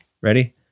Ready